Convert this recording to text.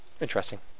Interesting